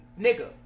nigga